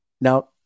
Now